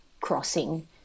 crossing